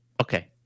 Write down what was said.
Okay